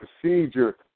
procedure